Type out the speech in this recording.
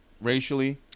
racially